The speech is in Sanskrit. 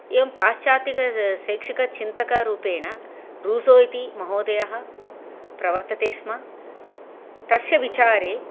एवं पाश्चात्तिकशैक्षिकचिन्तकरूपेण रूझो इति महोदयः प्रवर्तते स्म तस्य विचारे